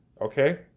okay